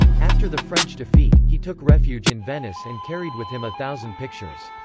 after the french defeat, he took refuge in venice and carried with him a thousand pictures.